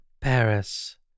Paris